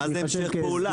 מה זה המשך פעולה?